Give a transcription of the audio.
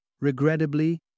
Regrettably